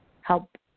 help